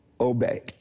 obey